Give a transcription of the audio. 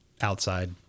outside